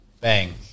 Bang